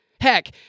Heck